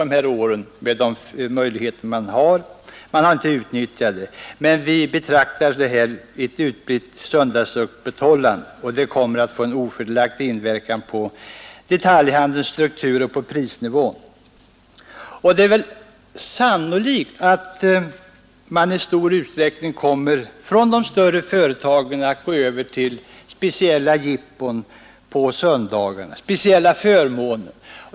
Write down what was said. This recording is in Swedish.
Man har inte utnyttjat de möjligheter man nu har. Men vi befarar att ett utbrett söndagsöppethållande kommer att få en ofördelaktig inverkan på detaljhandelns struktur och på prisnivån. Och det är väl sannolikt att de större företagen i stor utsträckning kommer att gå över till speciella förmåner och jippon på söndagarna.